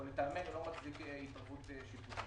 התערבות שיפוטית.